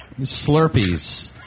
Slurpees